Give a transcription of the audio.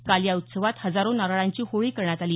काल या उत्सवात हजारो नारळांची होळी करण्यात आली